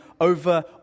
over